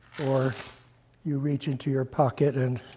or you reach into your pocket, and